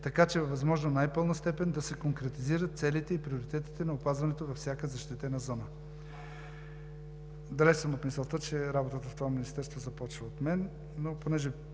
така че във възможно най-пълна степен да се конкретизират целите и приоритетите на опазването във всяка защитена зона. Далеч съм от мисълта, че работата в това Министерство започва от мен, но понеже